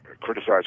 criticize